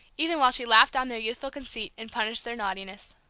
even while she laughed down their youthful conceit and punished their naughtiness.